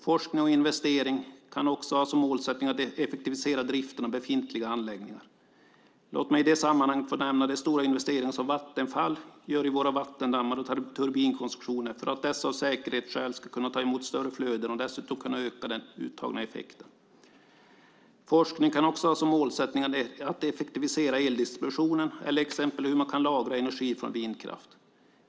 Forskning och investering kan också ha som målsättning att effektivisera driften av befintliga anläggningar. Låt mig i det sammanhanget få nämna de stora investeringar som Vattenfall gör i våra vattendammar och turbinkonstruktioner för att dessa av säkerhetsskäl ska kunna ta emot större flöden och dessutom kunna öka den uttagna effekten. Forskning kan också ha som målsättning att effektivisera eldistributionen eller till exempel lösa frågan hur man kan lagra energi från vindkraft.